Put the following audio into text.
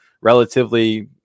relatively